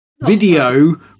video